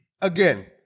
again